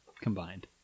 combined